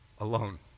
alone